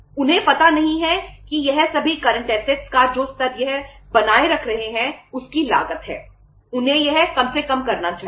उन्हें यह कम से कम करना चाहिए